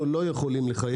אנו לא יכולים לחייב,